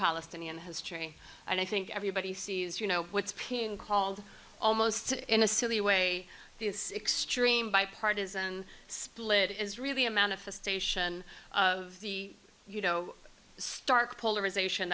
palestinian history and i think everybody sees you know what's paean called almost in a silly way this extreme bipartisan split is really a manifestation of the you know stark polarization